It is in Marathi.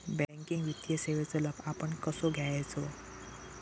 बँकिंग वित्तीय सेवाचो लाभ आपण कसो घेयाचो?